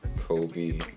Kobe